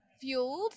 Fueled